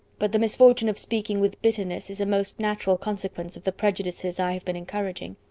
but the misfortune of speaking with bitterness is a most natural consequence of the prejudices i had been encouraging.